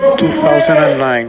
2009